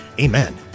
amen